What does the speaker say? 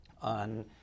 on